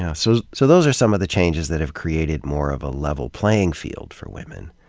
yeah so so those are some of the changes that have created more of a level playing field for women.